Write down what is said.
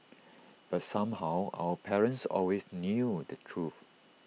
but somehow our parents always knew the truth